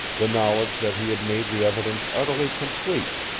the knowledge that he had made the evidence utterly complete,